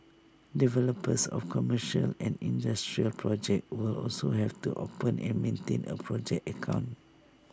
developers of commercial and industrial projects will also have to open and maintain A project account